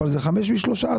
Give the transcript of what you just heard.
אבל זה 5 מ-13.